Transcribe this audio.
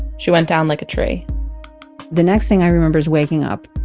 she went down like a tree the next thing i remember is waking up.